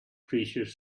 precious